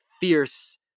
fierce